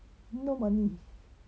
no money